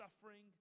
suffering